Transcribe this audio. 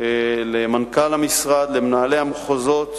למנכ"ל המשרד, למנהלי המחוזות,